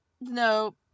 no